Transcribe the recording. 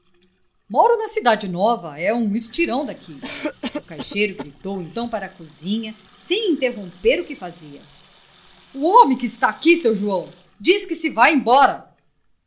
moro na cidade nova é um estirão daqui o caixeiro gritou então para a cozinha sem interromper o que fazia o homem que ai está seu joão diz que se vai embora